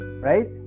right